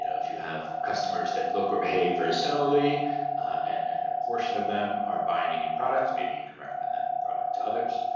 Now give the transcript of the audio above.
you know if you have customers that look or behave very similarly and and a portion of them are buying a new product, maybe you can recommend that new product to others.